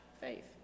faith